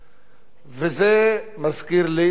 וזה מזכיר לי דבר נוסף: